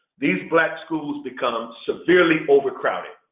these black schools become severely overcrowded.